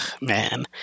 man